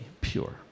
pure